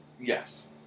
Yes